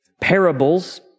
Parables